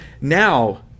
now